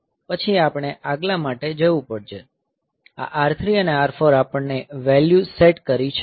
પછી આપણે આગલા માટે જવું પડશે આ R3 અને R4 આપણે વેલ્યુ સેટ કરી છે